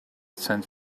sends